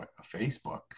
Facebook